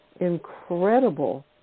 incredible